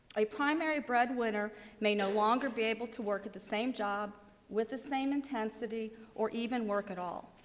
a primary bread winner may no longer be able to work at the same job with the same intensity or even work todd. at all.